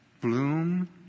bloom